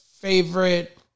favorite